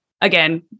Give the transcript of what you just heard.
again